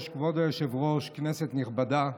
כבוד היושב-ראש, כנסת נכבדה,